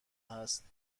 هست